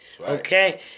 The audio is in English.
Okay